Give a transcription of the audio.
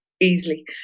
easily